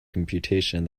computation